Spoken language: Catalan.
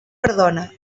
perdona